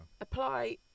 apply